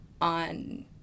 on